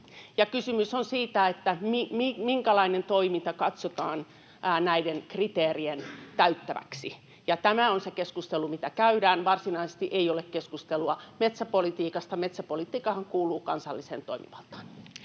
Kysymys on siitä, minkälainen toiminta katsotaan nämä kriteerit täyttäväksi. Tämä on se keskustelu, mitä käydään. Varsinaisesti ei ole keskustelua metsäpolitiikasta. Metsäpolitiikkahan kuuluu kansalliseen toimivaltaan.